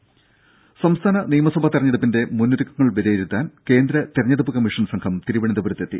ദേദ സംസ്ഥാന നിയമസഭാ തെരഞ്ഞെടുപ്പിന്റെ മുന്നൊരുക്കങ്ങൾ വിലയിരുത്താൻ കേന്ദ്ര തെരഞ്ഞെടുപ്പ് കമ്മീഷൻ സംഘം തിരുവനന്തപുരത്തെത്തി